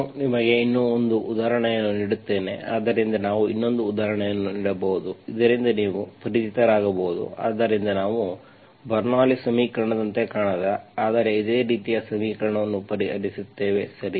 ನಾನು ನಿಮಗೆ ಇನ್ನೂ ಒಂದು ಉದಾಹರಣೆಯನ್ನು ನೀಡುತ್ತೇನೆ ಆದ್ದರಿಂದ ನಾವು ಇನ್ನೊಂದು ಉದಾಹರಣೆಯನ್ನು ನೀಡಬಹುದು ಇದರಿಂದ ನೀವು ಪರಿಚಿತರಾಗಬಹುದು ಆದ್ದರಿಂದ ನಾವು ಬರ್ನೌಲ್ಲಿಸ್bernoullis ಸಮೀಕರಣದಂತೆ ಕಾಣದ ಆದರೆ ಅದೇ ರೀತಿಯ ಸಮೀಕರಣವನ್ನು ಪರಿಹರಿಸುತ್ತೇವೆ ಸರಿ